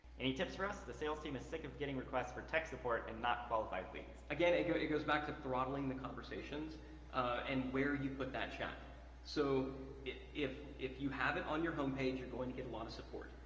any tips for us? the sales teams is sick of getting requests for tech support and not qualified leads. again it goes it goes back to throttling the conversations and where you put that chat so if if you have it on your home page, you're going to get a lot of support.